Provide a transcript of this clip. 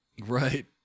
Right